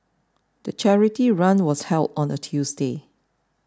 the charity run was held on a Tuesday